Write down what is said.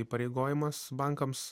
įpareigojimas bankams